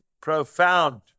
profound